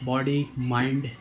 body mind